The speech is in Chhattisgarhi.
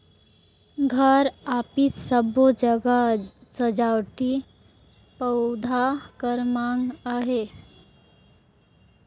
घर, अफिस सबो जघा सजावटी पउधा कर माँग अहे